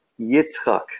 Yitzchak